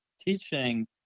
teaching